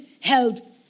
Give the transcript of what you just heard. held